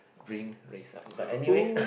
bring race up but anyways